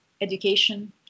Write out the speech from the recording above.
education